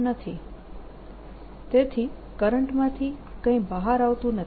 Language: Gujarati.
તેથી કરંટમાંથી કંઈ બહાર આવતું નથી